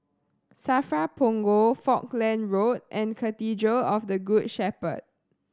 SAFRA Punggol Falkland Road and Cathedral of the Good Shepherd